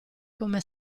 come